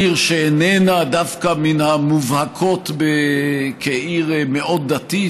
עיר שאיננה דווקא מן המובהקות כעיר מאוד דתית,